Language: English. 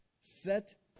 set